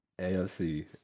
AFC